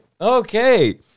Okay